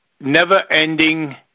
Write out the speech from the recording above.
never-ending